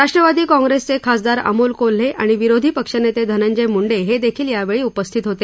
राष्ट्रवादी काँप्रेसचे खासदार अमोल कोल्हे आणि विरोधी पक्षनेते धनंजय मुंडे हे देखील यावेळी उपस्थित होते